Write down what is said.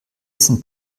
sind